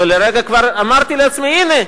ולרגע כבר אמרתי לעצמי: הנה,